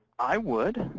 i would.